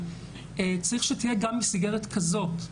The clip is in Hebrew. צריך שתהיה גם מסגרת כזו.